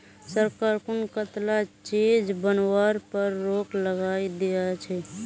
सरकार कं कताला चीज बनावार पर रोक लगइं दिया छे